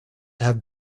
have